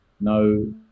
no